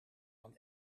dan